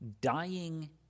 Dying